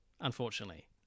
unfortunately